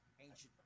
ancient